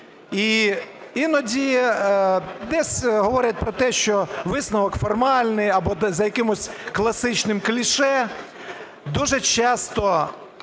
і іноді десь говорять про те, що висновок формальний або десь за якимось класичним кліше. Дуже часто